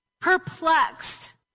perplexed